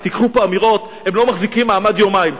תיקחו פה אמירות, הם לא מחזיקים מעמד יומיים.